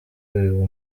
biba